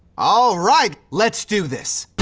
alright! let's do this.